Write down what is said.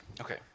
okay